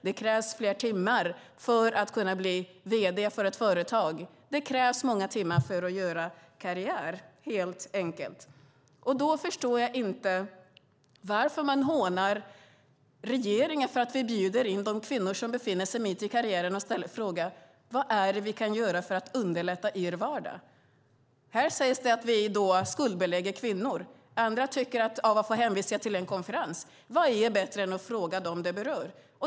Det krävs fler timmar för att kunna bli vd för ett företag. Det krävs många timmar för att göra karriär helt enkelt. Då förstår jag inte varför man hånar regeringen för att vi bjuder in de kvinnor som befinner sig mitt i karriären och ställer frågan: Vad är det vi kan göra för att underlätta er vardag? Här sägs det att vi då skuldbelägger kvinnor. Andra undrar varför jag hänvisar till en konferens. Vad är bättre än att fråga dem det berör?